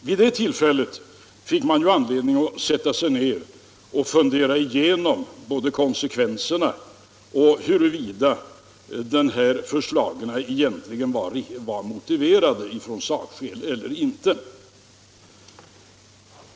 Vid det tillfället fick man ju anledning att sätta sig ned och fundera igenom både konsekvenserna av beslutet och huruvida förslagen egentligen var sakligt motiverade eller inte.